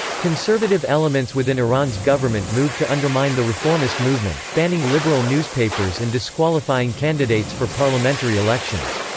conservative elements within iran's government moved to undermine the reformist movement, banning liberal newspapers and disqualifying candidates for parliamentary elections.